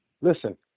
Listen